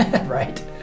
right